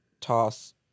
toss